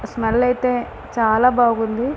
smell అయితే చాలా బాగుంది